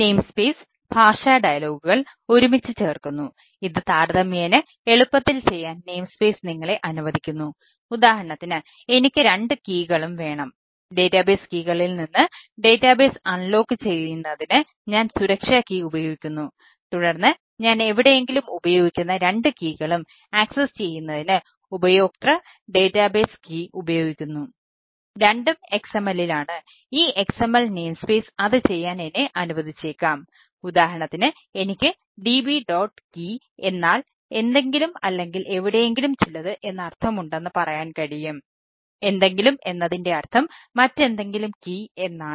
namespace എന്നാണ്